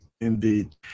Indeed